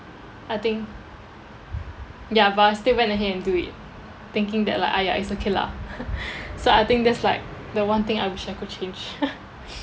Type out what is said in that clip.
I think ya but I still went ahead and do it thinking that like !aiya! it's okay lah so I think that's like the one thing I wish I could change